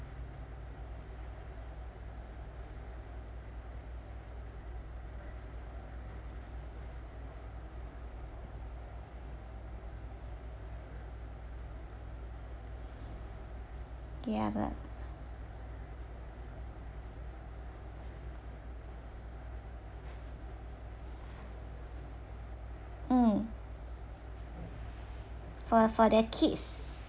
ya but mm for for their kids